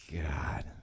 God